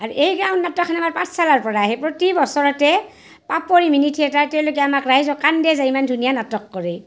আৰু এই গাঁও নাটকখন আমাৰ পাঠশালাৰ পৰা আহে প্ৰতি বছৰতে পাপৰি মিনি থিয়েটাৰ তেওঁলোকে আমাক ৰাইজক কান্দে যায় ইমান ধুনীয়া নাটক কৰে